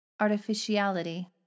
Artificiality